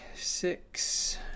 six